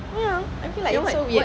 ya I feel like it's so weird